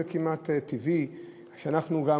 זה כמעט טבעי שאנחנו גם